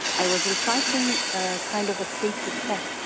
i was reciting ah kind of a sacred text,